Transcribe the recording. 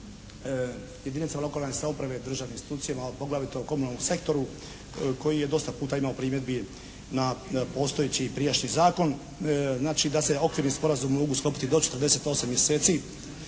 jedinicama lokalne samouprave i državnim institucijama, poglavito komunalnom sektoru koji je dosta puta imao primjedbi na postojeći prijašnji zakon, znači da se okvirni sporazumi mogu sklopiti do 48 mjeseci